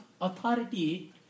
authority